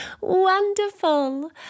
Wonderful